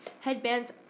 Headbands